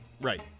Right